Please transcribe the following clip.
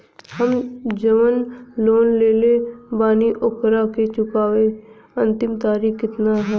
हम जवन लोन लेले बानी ओकरा के चुकावे अंतिम तारीख कितना हैं?